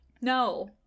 No